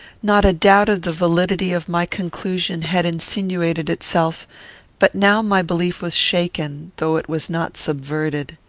not a doubt of the validity of my conclusion had insinuated itself but now my belief was shaken, though it was not subverted.